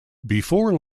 before